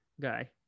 guy